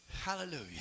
Hallelujah